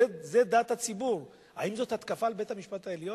זו דעת הציבור, האם זו התקפה על בית-המשפט העליון?